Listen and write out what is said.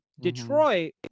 Detroit